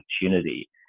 opportunity